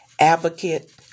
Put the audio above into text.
advocate